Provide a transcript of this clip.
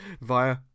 via